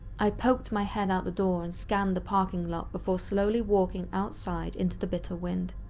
i poked my head out the door and scanned the parking lot before slowly walked outside into the bitter wind.